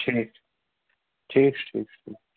ٹھیٖک ٹھیٖک چھُ ٹھیٖک چھُ ٹھیٖک